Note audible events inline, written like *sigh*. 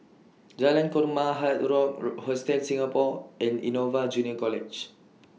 Jalan Korma Hard Rock *noise* Hostel Singapore and Innova Junior College